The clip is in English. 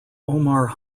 omar